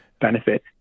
benefit